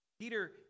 Peter